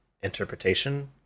interpretation